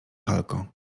halko